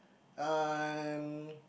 uh and